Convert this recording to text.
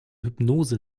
hypnose